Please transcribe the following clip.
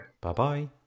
Bye-bye